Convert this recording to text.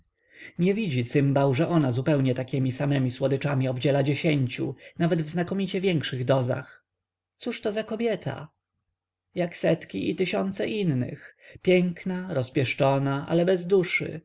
nie widzi cymbał że ona zupełnie takiemi samemi słodyczami obdzielała dziesięciu nawet w znakomicie większych dozach cóżto za kobieta jak setki i tysiąc innych piękna rozpieszczona ale bez duszy